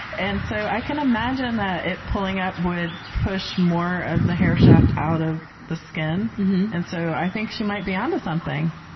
and so, i can imagine that it pulling up would push more of the hair shaft out of the skin and so i think she might be onto something.